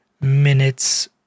minutes